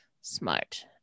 smart